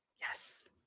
Yes